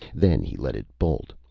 then he let it bolt,